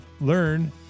learn